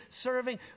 serving